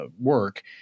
work